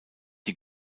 die